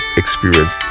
experience